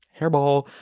hairball